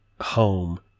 home